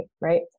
right